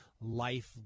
life